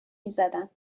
میزدن